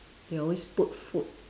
they always put food